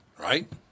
right